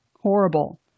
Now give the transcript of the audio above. horrible